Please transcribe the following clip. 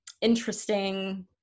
interesting